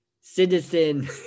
citizen